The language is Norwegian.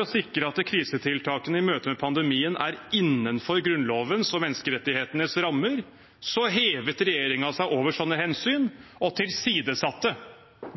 å sikre at krisetiltakene i møte med pandemien var innenfor Grunnlovens og menneskerettighetenes rammer, hevet regjeringen seg over sånne hensyn og tilsidesatte